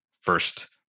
first